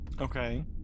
Okay